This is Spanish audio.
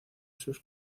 sus